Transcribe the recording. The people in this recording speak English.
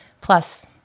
Plus